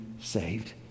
saved